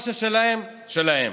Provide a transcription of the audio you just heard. מה ששלהם, שלהם.